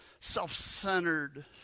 self-centered